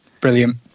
Brilliant